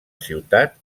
ciutat